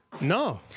No